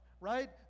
right